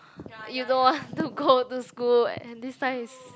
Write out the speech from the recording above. you don't want to go to school and this time is